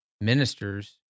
ministers